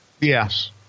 Yes